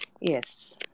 Yes